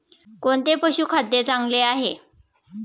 कोणते पशुखाद्य चांगले आहे?